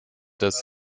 das